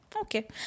Okay